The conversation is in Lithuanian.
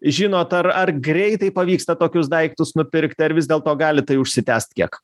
žinot ar ar greitai pavyksta tokius daiktus nupirkti ar vis dėlto gali tai užsitęst kiek